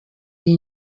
iyi